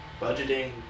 budgeting